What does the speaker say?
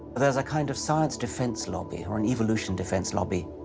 there's a kind of science defense lobby or an evolution defense lobby,